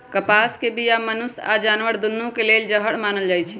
कपास के बीया मनुष्य आऽ जानवर दुन्नों के लेल जहर मानल जाई छै